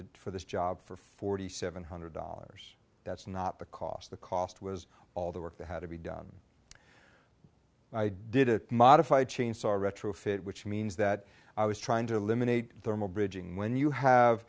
the for this job for forty seven hundred dollars that's not the cost the cost was all the work that had to be done i did a modified chainsaw retrofit which means that i was trying to eliminate thermal bridging when you have